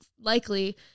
likely